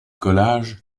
collage